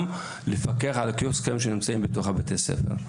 לפקח על הקיוסקים שנמצאים היום בתוך בתי הספר.